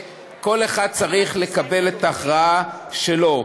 וכל אחד צריך לקבל את ההכרעה שלו.